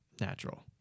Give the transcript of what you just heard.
natural